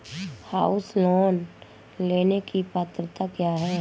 House loan लेने की पात्रता क्या है?